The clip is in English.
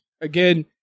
again